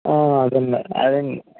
అదుందా అదేండి